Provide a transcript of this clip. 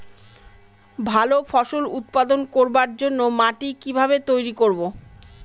ভালো ফসল উৎপাদন করবার জন্য মাটি কি ভাবে তৈরী করব?